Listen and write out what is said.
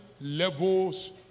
levels